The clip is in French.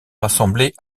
rassemblés